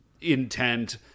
intent